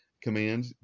command